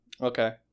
Okay